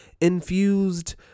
infused